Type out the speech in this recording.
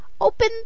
Open